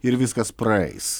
ir viskas praeis